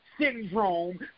syndrome